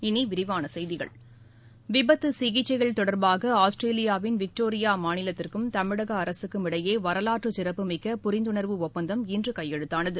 இனி விரிவான செய்திகள் விபத்து சிகிச்சைகள் தொடர்பாக ஆஸ்திரேலியாவின் விக்டோரியா மாநிலத்திற்கும் தமிழக அரசுக்கும் இடையே வரலாற்று சிறப்பு மிக்க புரிந்துணர்வு ஒப்பந்தம் இன்று கையெழுத்தானது